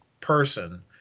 person